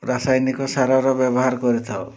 ରାସାୟନିକ ସାରର ବ୍ୟବହାର କରିଥାଉ